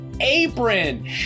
apron